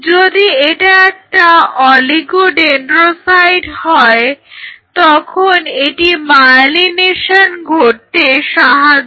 যদি এটা একটা অলিগোডেন্ড্রোসাইট হয় তখন এটি মায়েলিনেশন ঘটাতে সাহায্য করে